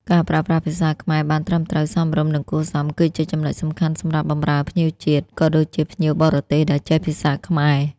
ការប្រើប្រាស់ភាសាខ្មែរបានត្រឹមត្រូវ សមរម្យ និងគួរសម គឺជាចំណុចសំខាន់សម្រាប់បម្រើភ្ញៀវជាតិ ក៏ដូចជាភ្ញៀវបរទេសដែលចេះភាសាខ្មែរ។